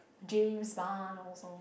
James-Bond also